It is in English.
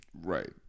Right